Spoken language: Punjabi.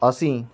ਅਸੀਂ